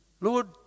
Lord